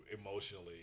emotionally